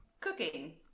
Cooking